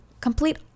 complete